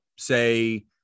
say